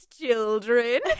children